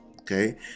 okay